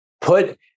Put